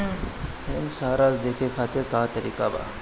Bank सराश देखे खातिर का का तरीका बा?